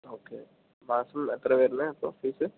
okay മാസം എത്രയാണ് വരുന്നത് അപ്പോൾ ഫീസ്